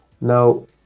Now